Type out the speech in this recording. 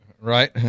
Right